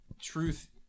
truth